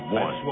one